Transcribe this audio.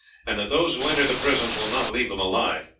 and that those who enter the prisons will not leave them alive.